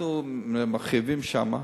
אנחנו מרחיבים שם,